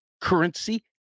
currency